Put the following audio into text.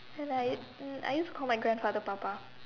and I I used to call my grandfather pa pa